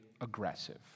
aggressive